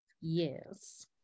Yes